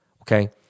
Okay